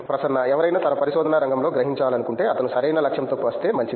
ప్రసన్న ఎవరైనా తన పరిశోధనా రంగంలో గ్రహించాలనుకుంటే అతను సరైన లక్ష్యంతో వస్తే మంచిది